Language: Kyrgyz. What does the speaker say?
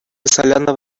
салянова